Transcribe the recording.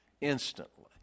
instantly